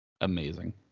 amazing